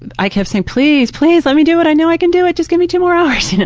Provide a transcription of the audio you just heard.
and i kept saying, please, please, let me do it. i know i can do it. just give me two more hours. you know